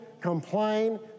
complain